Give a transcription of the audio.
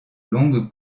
longues